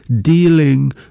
dealing